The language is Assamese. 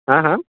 হাঁ হাঁ